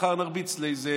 מחר נרביץ לאיזה